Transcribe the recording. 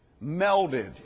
melted